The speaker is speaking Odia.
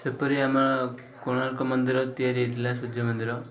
ସେପରି ଆମର କୋଣାର୍କ ମନ୍ଦିର ତିଆରି ହେଇଥିଲା ସୂର୍ଯ୍ୟ ମନ୍ଦିର